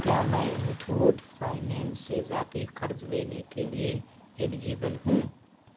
کیا میں متھوٹ فائنینس سے ذاتی قرض لینے کے لیے ایلیجبل ہوں